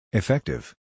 effective